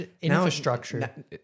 infrastructure